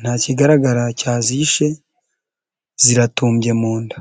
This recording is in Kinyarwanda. ntakigaragara cyazishe ziratumbye mu nda.